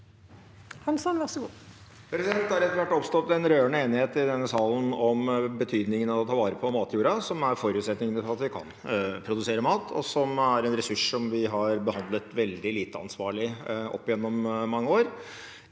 Det har etter hvert oppstått en rørende enighet i denne salen om betydningen av å ta vare på matjorda, som er forutsetningen for at vi kan produsere mat, og som er en ressurs vi har behandlet veldig lite ansvarlig opp gjennom mange år.